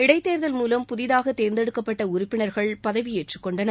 இடைத்தேர்தல் மூலம் புதிதாக தேர்ந்தெடுக்கப்பட்ட உறுப்பினர்கள் பதவியேற்றுக்கொண்டனர்